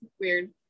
weird